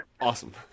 awesome